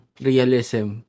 realism